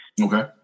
Okay